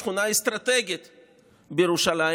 שכונה אסטרטגית בירושלים,